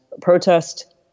protest